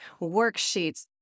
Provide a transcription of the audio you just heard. worksheets